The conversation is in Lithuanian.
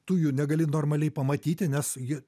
tu jų negali normaliai pamatyti nes ji